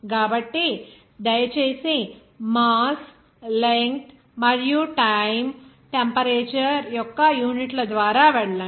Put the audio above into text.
కాబట్టి దయచేసి mass length మరియు టైమ్ టెంపరేచర్ యొక్క యూనిట్ల ద్వారా వెళ్ళండి